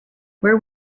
where